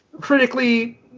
critically